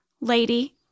lady